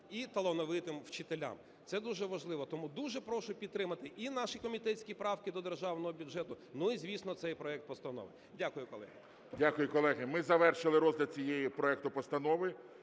і талановитим вчителям. Це дуже важливо. Тому дуже прошу підтримати і наші комітетські правки до державного бюджету, ну і, звісно, цей проект постанови. Дякую, колеги. ГОЛОВУЮЧИЙ. Дякую, колеги. Ми завершили розгляд цього проекту постанови,